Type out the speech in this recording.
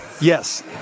Yes